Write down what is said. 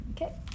Okay